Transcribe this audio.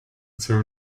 term